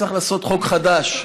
צריך לעשות חוק חדש,